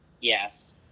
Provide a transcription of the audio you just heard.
Yes